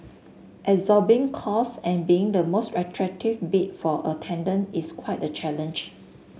absorbing costs and being the most attractive bid for a tender is quite the challenge